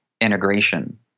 integration